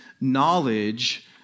knowledge